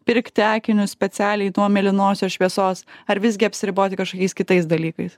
pirkti akinius specialiai nuo mėlynosios šviesos ar visgi apsiriboti kažkokiais kitais dalykais